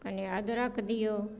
कनी अदरक दियौ